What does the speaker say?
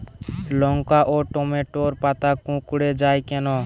লঙ্কা ও টমেটোর পাতা কুঁকড়ে য়ায় কেন?